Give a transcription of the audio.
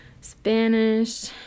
Spanish